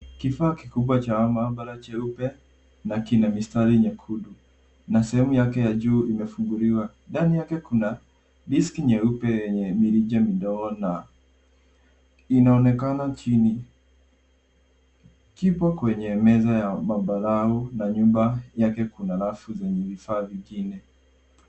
Kifaa kikubwa cha maabara cheupe na kina mistari nyekundu na sehemu yake ya juu imefuunguliwa. Ndani yake kuna disk nyeupe yenye mirija midogo na inaonekana chini. Kipo kwenye meza ya mabarao na nyuma yake kuna rafu zenye vifaa vingine.